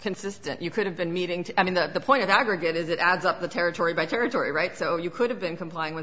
consistent you could have been meeting to i mean the point of the aggregate is it adds up the territory by territory right so you could have been complying with